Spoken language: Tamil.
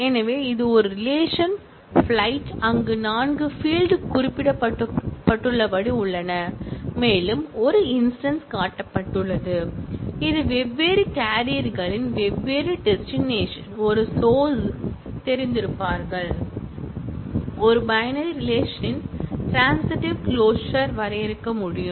எனவே இது ஒரு ரிலேஷன் பிளைட் அங்கு நான்கு ஃபீல்ட் குறிப்பிடப்பட்டுள்ளபடி உள்ளன மேலும் ஒரு இன்ஸ்டன்ஸ் காட்டப்பட்டுள்ளது இது வெவ்வேறு கேரியர்களின் வெவ்வேறு டெஸ்டினேஷன் ஒரு சோர்ஸ் sourceல் தெரிந்திருப்பார்கள் ஒரு பைனரி ரிலேஷன்ன் ட்ரான்ஸிட்டிவ் க்ளோஷர் வரையறுக்க முடியும்